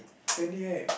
friendly right